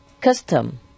custom